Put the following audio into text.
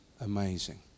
amazing